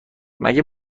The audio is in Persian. مگه